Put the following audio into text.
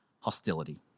hostility